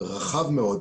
רחב מאוד.